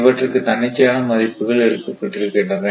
இவற்றுக்கு தன்னிச்சையான மதிப்புகள் எடுக்கப்பட்டிருக்கின்றன